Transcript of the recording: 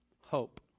Hope